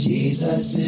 Jesus